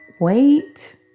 wait